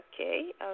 okay